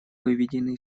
выведенный